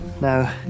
now